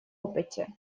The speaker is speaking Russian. опыте